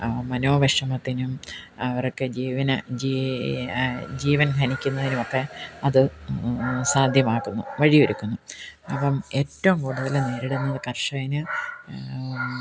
മനോവിഷമത്തിനും അവര്ക്ക് ജീവന് ജീ ജീവന് ഹനിക്കുന്നതിനുമൊക്കെ അത് സാധ്യമാക്കുന്നു വഴിയൊരുക്കുന്നു അപ്പം ഏറ്റവും കൂടുതൽ നേരിടുന്നത് കര്ഷകന്